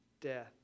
death